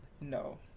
No